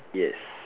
yes